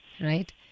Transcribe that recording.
right